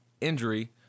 injury